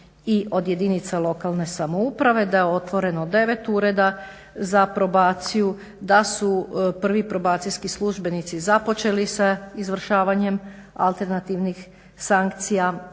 i od jedinica lokalne samouprave, da je otvoreno 9 ureda za probaciju, da su prvi probacijski službenici započeli sa izvršavanjem alternativnih sankcija